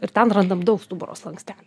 ir ten randam daug stuburo slankstelių